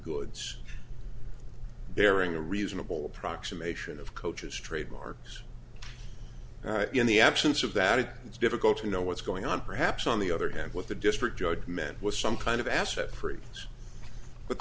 goods bearing a reasonable approximation of coaches trademarks in the absence of that it is difficult to know what's going on perhaps on the other hand what the district judge meant was some kind of asset freeze but